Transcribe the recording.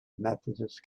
methodist